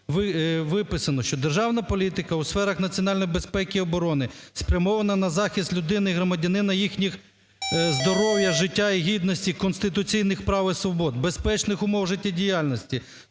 виписано, що державна політика у сферах національної безпеки і оборони спрямована на захист: людини і громадянина – їхніх здоров'я, життя і гідності, конституційних прав і свобод, безпечних умов життєдіяльності;